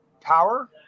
power